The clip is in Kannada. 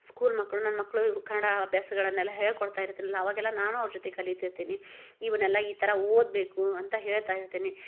ಸ್ಕೂಲ್ ಮಕ್ಕಳು ನನ್ನ ಮಕ್ಕಳಿಗೂ ಕನ್ನಡ ಅಭ್ಯಾಸಗಳನ್ನೆಲ್ಲ ಹೇಳ್ಕೊಡ್ತಾ ಇರ್ತೀನಲ್ಲ ಅವಾಗೆಲ್ಲ ನಾನೂ ಅವ್ರ ಜೊತೆ ಕಲಿತಿರ್ತೀನಿ ಇವನ್ನೆಲ್ಲ ಈ ಥರ ಓದಬೇಕು ಅಂತ ಹೇಳ್ತಾ ಇರ್ತೀನಿ